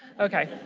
okay.